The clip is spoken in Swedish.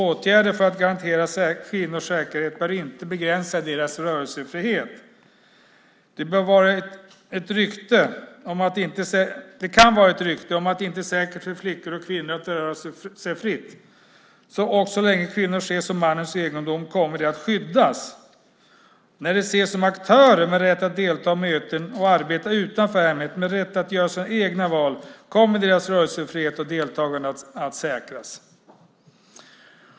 Åtgärder för att garantera kvinnors säkerhet bör inte begränsa deras rörelsefrihet. Det kan vara ett rykte om att det inte är säkert för flickor och kvinnor att röra sig fritt. Så länge kvinnor ses som mannens egendom kommer de att skyddas. När de ses som aktörer med rätt att delta i möten och arbeta utanför hemmet, med rätt att göra sina egna val, kommer deras rörelsefrihet och deltagande att säkras.